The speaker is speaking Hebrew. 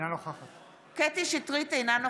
נגד יוסף שיין,